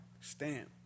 Stamp